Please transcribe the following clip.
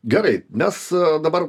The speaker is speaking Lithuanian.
gerai mes dabar